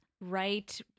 Right